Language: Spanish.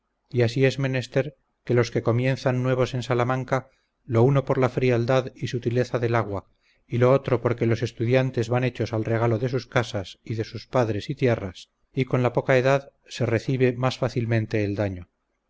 y así es menester que los que comienzan nuevos en salamanca lo uno por la frialdad y sutileza del agua y lo otro porque los estudiantes van hechos al regalo de sus casas y de sus padres y tierras y con la poca edad se recibe más fácilmente el daño